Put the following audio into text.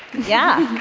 yeah.